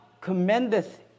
commendeth